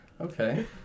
Okay